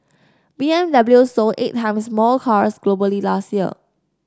B M W sold eight times more cars globally last year